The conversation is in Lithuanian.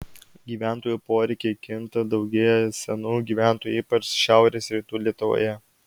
gyventojų poreikiai kinta daugėja senų gyventojų ypač šiaurės rytų lietuvoje